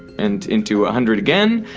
and into a hundred again